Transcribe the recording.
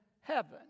heaven